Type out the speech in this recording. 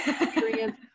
experience